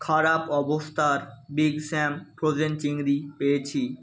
খারাপ অবস্থার Big Sam frozen চিংড়ি পেয়েছি